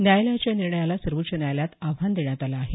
न्यायालयाच्या या निर्णयाला सर्वोच्च न्यायालयात आव्हान देण्यात आलं आहे